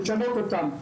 לשנות אותם.